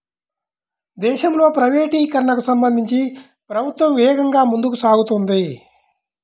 దేశంలో ప్రైవేటీకరణకు సంబంధించి ప్రభుత్వం వేగంగా ముందుకు సాగుతోంది